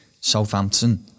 Southampton